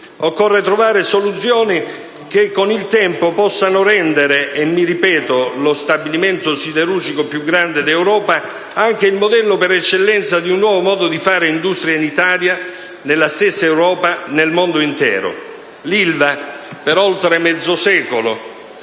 occorre trovare soluzioni che con il tempo possano rendere - mi ripeto - lo stabilimento siderurgico più grande d'Europa anche il modello per eccellenza di un nuovo modo di fare industria in Italia, nella stessa Europa, nel mondo intero. L'Ilva, per oltre mezzo secolo,